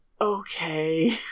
Okay